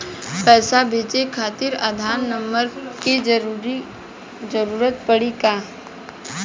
पैसे भेजे खातिर आधार नंबर के जरूरत पड़ी का?